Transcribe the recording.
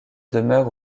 demeure